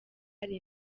hari